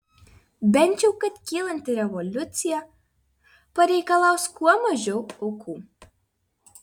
bent jau kad kylanti revoliucija pareikalaus kuo mažiau aukų